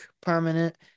permanent